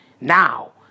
now